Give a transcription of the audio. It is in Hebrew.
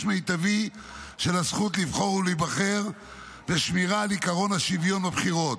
מיטבי של הזכות לבחור ולהיבחר ושמירה על עקרון השוויון בבחירות.